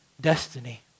destiny